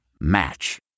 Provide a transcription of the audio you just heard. Match